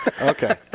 okay